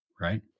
right